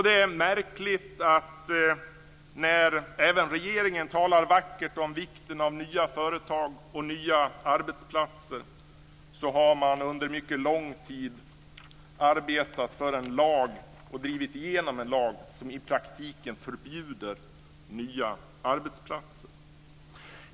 Det är märkligt att man, trots att även regeringen talar vackert om vikten av nya företag och nya arbetsplatser, under en mycket lång tid har arbetat för och drivit igenom en lag som i praktiken förbjuder nya arbetsplatser.